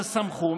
שמחו,